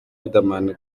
riderman